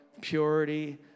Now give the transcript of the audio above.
purity